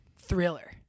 thriller